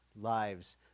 lives